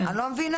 אני לא מבינה.